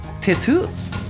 tattoos